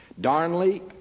Darnley